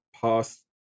past